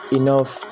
enough